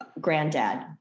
granddad